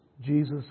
Jesus